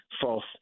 false